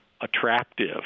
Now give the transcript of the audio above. attractive